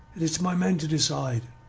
it is to my men to decide,